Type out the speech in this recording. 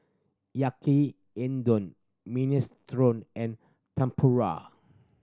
Yaki Minestrone and Tempura